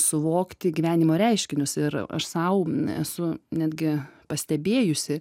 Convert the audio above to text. suvokti gyvenimo reiškinius ir aš sau esu netgi pastebėjusi